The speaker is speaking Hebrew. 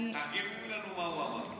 תתרגמי לנו מה הוא אמר.